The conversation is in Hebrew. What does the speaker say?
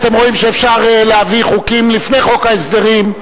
אתם רואים שאפשר להביא חוקים לפני חוק ההסדרים,